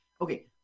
okay